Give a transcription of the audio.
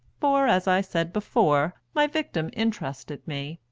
for, as i said before, my victim interested me,